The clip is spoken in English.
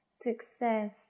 Success